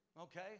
okay